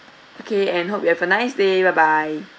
okay and hope you have a nice day bye bye